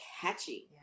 catchy